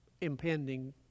impending